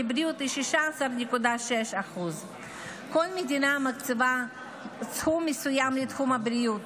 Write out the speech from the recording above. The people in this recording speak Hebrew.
בריאות היא 16.6%. כל מדינה מקציבה סכום מסוים לתחום הבריאות: